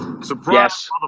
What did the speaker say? surprise